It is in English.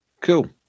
Cool